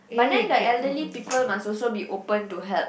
but then the elderly people must also be open to help